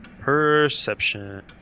Perception